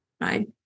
right